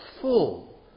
full